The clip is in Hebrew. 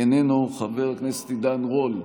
איננו, חבר הכנסת עידן רול,